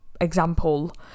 example